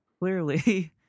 clearly